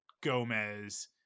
gomez